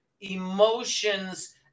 emotions